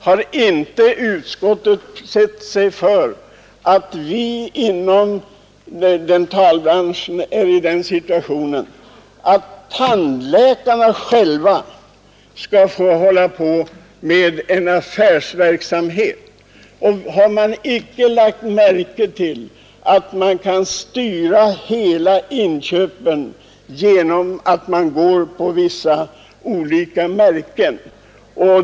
Har inte utskottets ledamöter insett att dentalbranschen befinner sig i den situationen att tandläkarna själva får syssla med affärsverksamhet? Har inte utskottet lagt märke till att alla inköp kan styras genom att man går in för vissa märken?